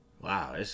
wow